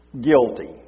guilty